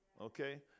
Okay